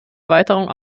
erweiterung